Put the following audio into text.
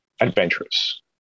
adventurous